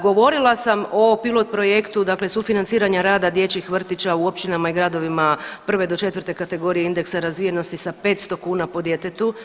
Govorila sam o pilot projektu, dakle sufinanciranja rada dječjih vrtića u općinama i gradovima prve do četvrte kategorije indeksa razvijenosti sa 500 kuna po djetetu.